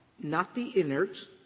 not the innards,